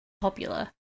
popular